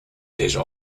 dizze